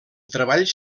treballs